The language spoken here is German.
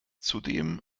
zudem